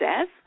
says